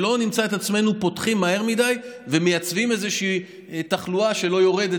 שלא נמצא את עצמנו פותחים מהר מדי ומייצבים איזושהי תחלואה שלא יורדת